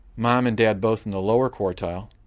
mum um and dad both in the lower quartile,